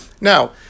Now